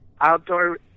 outdoor